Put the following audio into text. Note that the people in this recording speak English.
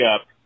up